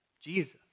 Jesus